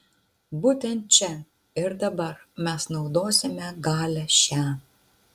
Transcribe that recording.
būtent čia ir dabar mes naudosime galią šią